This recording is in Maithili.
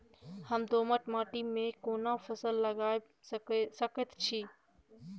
हम दोमट माटी में कोन फसल लगाबै सकेत छी?